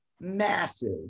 massive